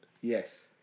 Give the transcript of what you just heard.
Yes